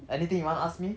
anything you want to ask me